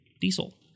diesel